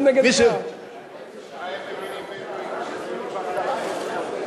אחד נגד 100. האמת היא שההחלטה נפלה אחרי שראינו שאתה היחיד,